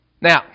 Now